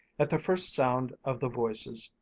at the first sound of the voices,